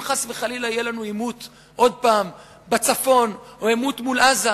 אם חס וחלילה יהיה לנו עימות עוד פעם בצפון או עימות מול עזה,